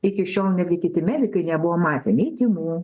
iki šiol netgi kiti medikai nebuvo matę nei tymų